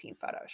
photos